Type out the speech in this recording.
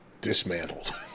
dismantled